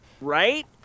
Right